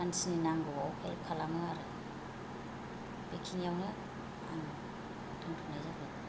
मानसिनि नांगौआव हेल्प खालामो आरो बेखिनियावनो आं दोनथ'नाय जाबाय